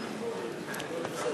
האנשים